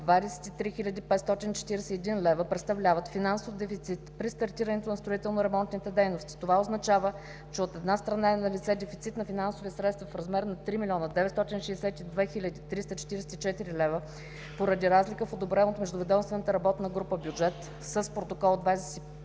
541 лв. представляват финансов дефицит при стартирането на строително-ремонтните дейности. Това означава, че от една страна е налице дефицит на финансови средства в размер на 3 млн. 962 хил. 344 лв. поради разлика в одобрен от Междуведомствената работна група бюджет с протокол от